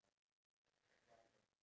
I don't know